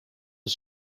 his